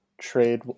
trade